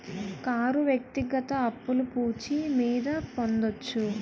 car వ్యక్తిగత అప్పులు పూచి మీద పొందొచ్చు